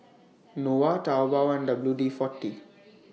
Nova Taobao and W D forty